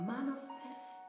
Manifest